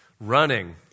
running